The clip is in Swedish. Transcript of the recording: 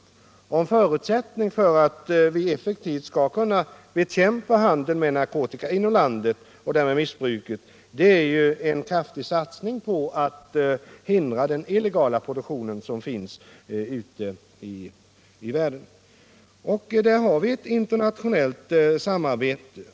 En förutsättning för en effektiv bekämpning av handeln med narkotika inom landet och därmed missbruket är ju en kraftig satsning på att hindra den illegala produktionen ute i världen. Där har vi ett gott internationellt samarbete.